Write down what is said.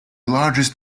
largest